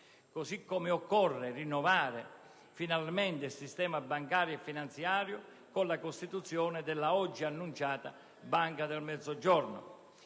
Così come occorre finalmente rinnovare il sistema bancario e finanziario con la costituzione della oggi annunciata Banca del Mezzogiorno.